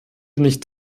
nicht